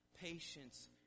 patience